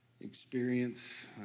experience